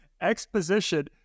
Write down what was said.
exposition